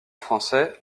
français